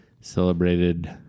Celebrated